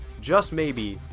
just maybe,